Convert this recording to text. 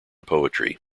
poetry